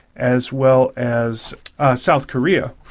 as well as south korea.